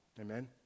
Amen